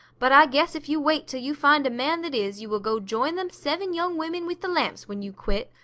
but i guess if you wait till you find a man that is you will go join them seven young women with the lamps when you quit.